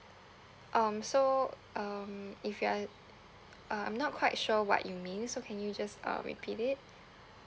um so um if you are uh I'm not quite sure what you mean so can you just uh repeat it